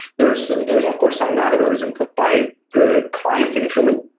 there's there's of course some data that is input by the client initially,